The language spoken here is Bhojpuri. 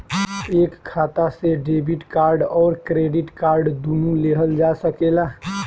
एक खाता से डेबिट कार्ड और क्रेडिट कार्ड दुनु लेहल जा सकेला?